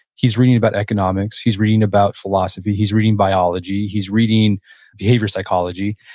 he's reading about economics. he's reading about philosophy. he's reading biology. he's reading behavior psychology,